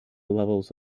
levels